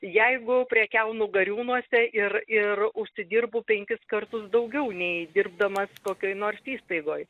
jeigu prekiaunu gariūnuose ir ir užsidirbu penkis kartus daugiau nei dirbdamas kokioj nors įstaigoj